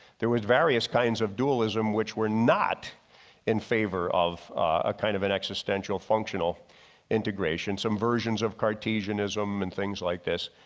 there was various kinds of dualism which were not in favor of a kind of an existential functional integration. some versions of cartesianism and things like this.